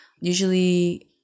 usually